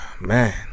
Man